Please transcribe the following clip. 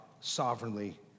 sovereignly